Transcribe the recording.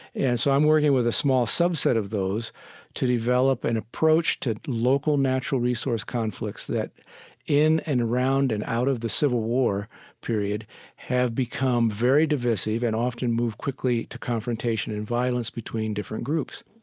so i'm working with a small subset of those to develop an approach to local natural resource conflicts that in and around and out of the civil war period have become very divisive and often move quickly to confrontation and violence between different groups.